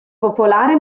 popolare